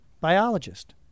Biologist